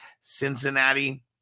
Cincinnati